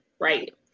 Right